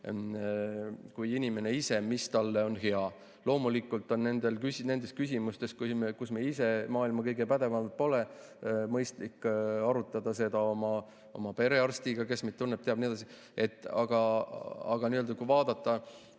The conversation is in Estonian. kui inimene ise, mis talle on hea. Loomulikult on mõistlik nendes küsimustes, kus me ise maailma kõige pädevamad pole, arutada seda oma perearstiga, kes meid tunneb-teab, ja nii edasi. Aga kui vaadata